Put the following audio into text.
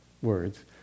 words